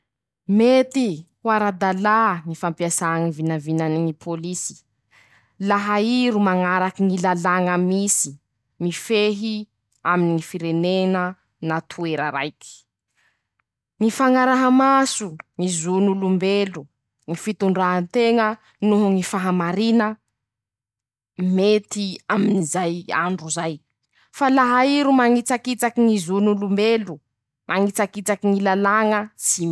Mety ho ara-dalà ñy fampiasà ñy vinavina ny ñy pôlisy, laha ii ro mañaraky ñy lalàña misy mifehy amiñy firenena na toera raiky. ñy fañaraha maso ñy zon'olombelo, ñy fitondranteña noho ñy fahamarina, mety amin'izay andro zay, fa laha ii ro mañitsakitsaky ñy zon'olombelo, mañitsakitsaky ñy lalàña.